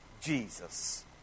Jesus